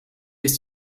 ist